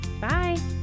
Bye